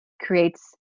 creates